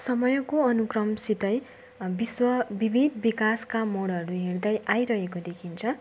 समयको अनुक्रमसितै विश्व विवेक विकासका मोडहरू हिँड्दै आइरहेको देखिन्छ